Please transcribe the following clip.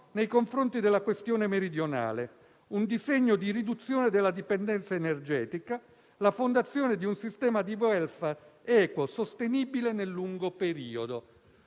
nei confronti della questione meridionale; un disegno di riduzione della dipendenza energetica; la fondazione di un sistema di *welfare* equo e sostenibile nel lungo periodo».